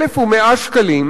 1,100 שקלים,